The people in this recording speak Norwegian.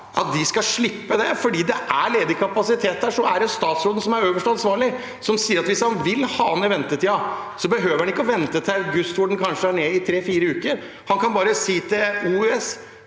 svar, skal slippe det, for det er ledig kapasitet. Det er statsråden som er øverst ansvarlige, og hvis han vil ha ned ventetiden, behøver han ikke vente til august, hvor den kanskje er nede i tre–fire uker. Han kan bare si til OUS